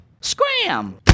Scram